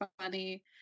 funny